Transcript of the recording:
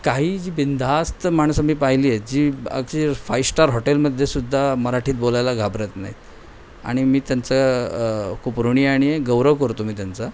काही जी बिंधास्त माणसं मी पाहिली आहे जी अगदी फाइव स्टार हॉटेलमध्ये सुद्धा मराठीत बोलायला घाबरत नाहीत आणि मी त्यांचं खूप ऋणी आणि गौरव करतो मी त्यांचा